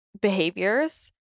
behaviors